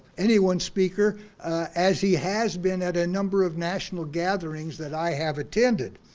anyone's speaker as he has been at a number of national gatherings that i have attended.